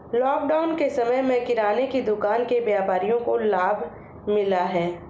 lockdown के समय में किराने की दुकान के व्यापारियों को लाभ मिला है